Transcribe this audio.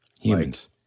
humans